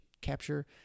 capture